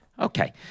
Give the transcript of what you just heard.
Okay